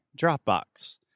Dropbox